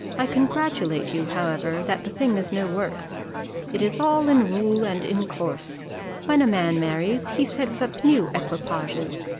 i congratulate you, however, that the thing is no worse it is all in rule and in course when a man marries, he sets up new equipages,